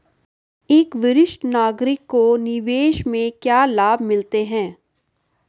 एक वरिष्ठ नागरिक को निवेश से क्या लाभ मिलते हैं?